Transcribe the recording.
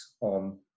on